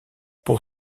pour